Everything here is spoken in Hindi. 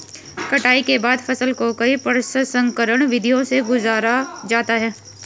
कटाई के बाद फसल को कई प्रसंस्करण विधियों से गुजारा जाता है